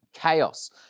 Chaos